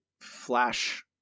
flash